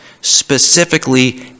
specifically